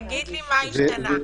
תגיד לי מה השתנה?